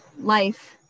life